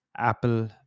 apple